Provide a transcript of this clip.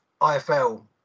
IFL